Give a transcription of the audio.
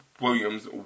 Williams